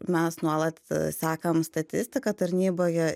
mes nuolat sekam statistiką tarnyboje